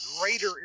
Greater